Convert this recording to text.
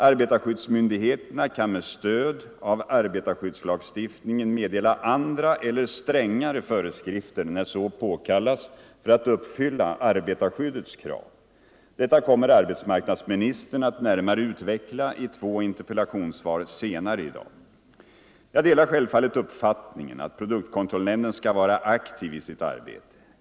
Arbetarskyddsmyndigheterna kan med stöd av arbetarskyddslagstiftningen meddela andra eller strängare föreskrifter när så påkallas för att uppfylla arbetarskyddets krav. Detta kommer arbetsmarknadsministern att närmare utveckla i två interpellationssvar senare i dag. Jag delar självfallet uppfattningen att produktkontrollnämnden skall vara aktiv i sitt arbete.